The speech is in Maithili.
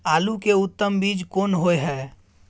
आलू के उत्तम बीज कोन होय है?